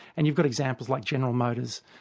and you've got examples like general motors,